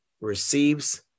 receives